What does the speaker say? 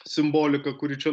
simbolika kuri čia